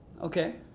Okay